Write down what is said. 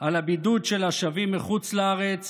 על הבידוד של השבים מחוץ לארץ